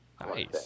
Nice